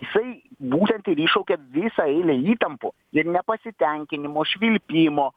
jisai būtent ir iššaukė visą eilę įtampų ir nepasitenkinimo švilpimo